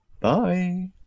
Bye